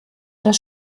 das